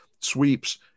sweeps